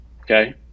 okay